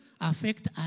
affect